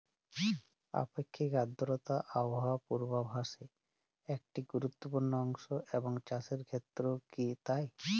আপেক্ষিক আর্দ্রতা আবহাওয়া পূর্বভাসে একটি গুরুত্বপূর্ণ অংশ এবং চাষের ক্ষেত্রেও কি তাই?